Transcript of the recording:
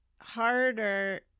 harder